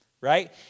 right